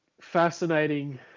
fascinating